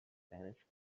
spanish